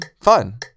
fun